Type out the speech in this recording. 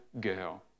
girl